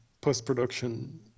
post-production